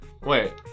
wait